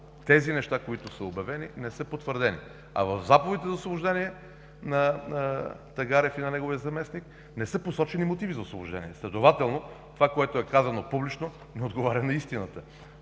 тези неща, които са обявени не са потвърдени, а в заповедите за освобождение на господин Тагарев и неговия заместник не са посочени мотиви за освобождение, следователно това, което е казано публично, не отговаря на истината.